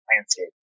landscape